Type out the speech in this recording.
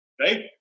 Right